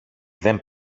δεν